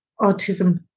autism